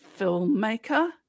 filmmaker